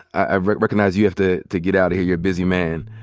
i recognize you have to to get out of here. you're a busy man.